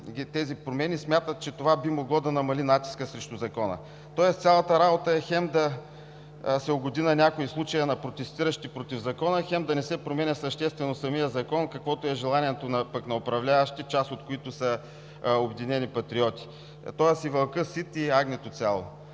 тези промени, те смятат, че това би могло да намали натиска срещу Закона. Цялата работа е хем да се угоди на някого – в случая на протестиращите против Закона, хем да не се променя съществено самият Закон, каквото е желанието пък на управляващите, част от които са „Обединени патриоти“, тоест и вълкът сит, и агнето цяло.